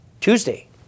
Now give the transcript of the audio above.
Tuesday